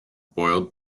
boiled